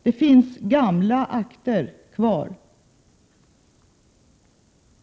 Det finns således gamla akter kvar.